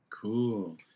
Cool